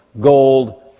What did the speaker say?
gold